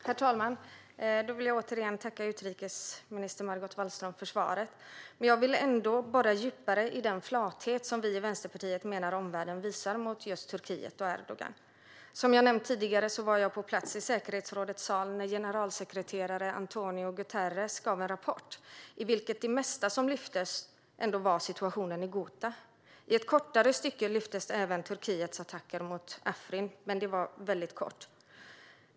Herr talman! Jag vill återigen tacka utrikesminister Margot Wallström för svaret. Men jag vill borra djupare i den flathet som vi i Vänsterpartiet menar att omvärlden visar mot just Turkiet och Erdogan. Som jag har nämnt tidigare var jag på plats i säkerhetsrådets sal när generalsekreterare António Guterres lämnade en rapport i vilken det mesta som lyftes fram gällde situationen i Ghouta. I ett kortare stycke lyftes även Turkiets attacker mot Afrin fram.